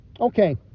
Okay